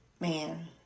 Man